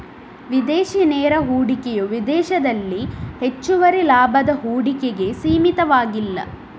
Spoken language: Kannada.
ವಿದೇಶಿ ನೇರ ಹೂಡಿಕೆಯು ವಿದೇಶದಲ್ಲಿ ಹೆಚ್ಚುವರಿ ಲಾಭದ ಹೂಡಿಕೆಗೆ ಸೀಮಿತವಾಗಿಲ್ಲ